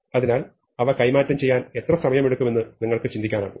അതിനാൽ അവ കൈമാറ്റം ചെയ്യാൻ എത്ര സമയമെടുക്കുമെന്ന് നിങ്ങൾക്ക് ചിന്തിക്കാനാകും